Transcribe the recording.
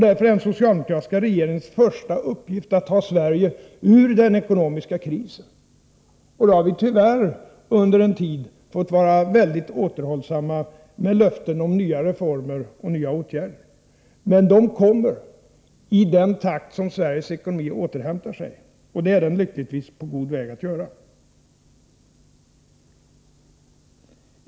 Därför är den socialdemokratiska regeringens första uppgift att ta Sverige ur den ekonomiska krisen. Under en tid har vi, tyvärr, fått vara väldigt återhållsamma med löften om nya reformer och nya åtgärder. Men de kommer, i den takt som Sveriges ekonomi återhämtar sig. Det är den lyckligtvis på väg att göra.